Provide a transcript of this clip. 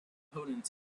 opponents